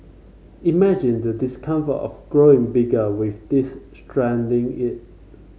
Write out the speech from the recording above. imagine the discomfort of growing bigger with this strangling it